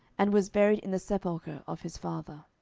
and was buried in the sepulchre of his father.